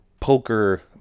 poker